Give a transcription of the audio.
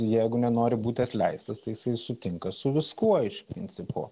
jeigu nenori būti atleistas tai jisai sutinka su viskuo iš principo